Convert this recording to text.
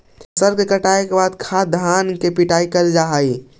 फसल के कटाई के बाद खाद्यान्न के पिटाई कैल जा हइ